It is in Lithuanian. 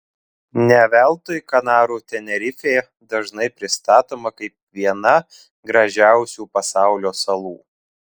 ne veltui kanarų tenerifė dažnai pristatoma kaip viena gražiausių pasaulio salų